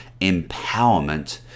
empowerment